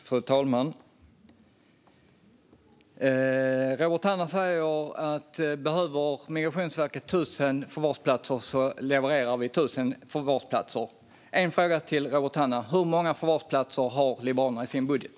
Fru talman! Robert Hannah säger: Behöver Migrationsverket 1 000 förvarsplatser levererar vi 1 000 förvarsplatser. Jag har en fråga till Robert Hannah. Hur många förvarsplatser har Liberalerna i sin budget?